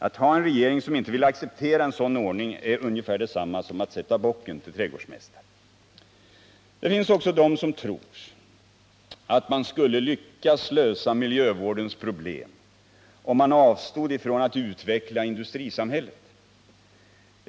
Att ha en regering som inte vill acceptera en sådan ordning är ungefär detsamma som att sätta bocken till trädgårdsmästare. Det finns också de som tror att man skulle lyckas lösa miljövårdens problem om man avstod från att utveckla industrisamhället.